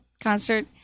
concert